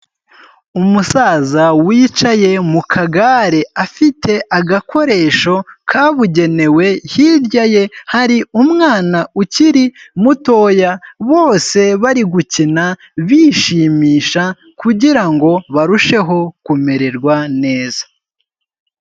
Umusaza wicaye mu kagare, afite agakoresho kabugenewe, hirya ye hari umwana ukiri mutoya, bose bari gukina bishimisha kugira ngo barusheho kumererwa neza.